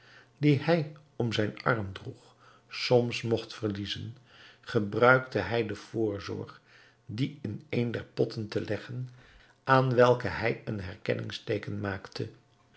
dien hij om zijn arm droeg soms mogt verliezen gebruikte hij de voorzorg dien in een der potten te leggen aan welke hij een herkenningsteeken maakte